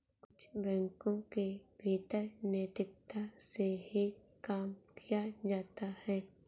कुछ बैंकों के भीतर नैतिकता से ही काम किया जाता है